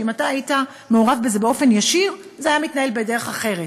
שאם אתה היית מעורב בזה באופן ישיר זה היה מתנהל בדרך אחרת,